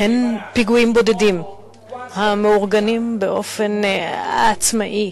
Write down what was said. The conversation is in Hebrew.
פיגועים בודדים המאורגנים באופן עצמאי